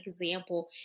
example